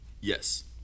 Yes